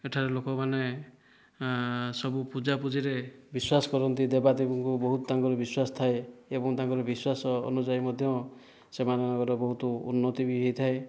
ସେଠାରେ ଲୋକମାନେ ସବୁ ପୂଜାପୂଜିରେ ବିଶ୍ୱାସ କରନ୍ତି ଦେବଦେବୀଙ୍କୁ ବହୁତ ତାଙ୍କର ବିଶ୍ୱାସ ଥାଏ ଏବଂ ତାଙ୍କର ବିଶ୍ୱାସ ଅନୁଯାୟୀ ମଧ୍ୟ ସେମାନଙ୍କର ବହୁତ ଉନ୍ନତି ବି ହେଇଥାଏ